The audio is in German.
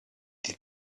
die